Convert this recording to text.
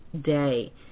day